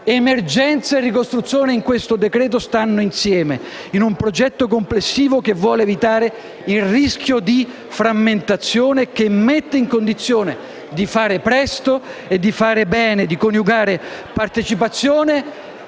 Emergenza e ricostruzione in questo decreto-legge stanno insieme, in un progetto complessivo che vuole evitare il rischio di frammentazione e che mette in condizione di fare presto e di fare bene, di coniugare partecipazione